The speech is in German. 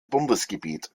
bundesgebiet